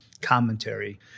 commentary